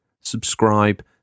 subscribe